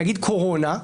למשל בקורונה,